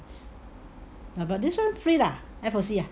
ya but this one free ah F_O_C ah